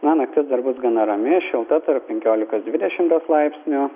na naktis dar bus gana rami šilta tarp penkiolikos dvidešim laipsnių